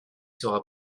sera